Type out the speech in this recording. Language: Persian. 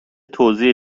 توزیع